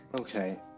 Okay